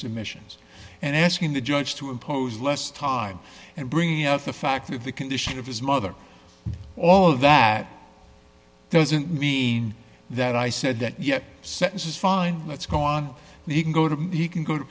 submissions and asking the judge to impose less time and bringing up the fact of the condition of his mother all of that doesn't mean that i said that your sentence is fine let's go on and you can go to you can go to